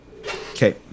okay